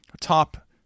top